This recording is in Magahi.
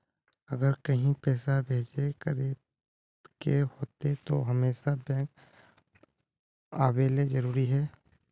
अगर कहीं पैसा भेजे करे के होते है तो हमेशा बैंक आबेले जरूरी है?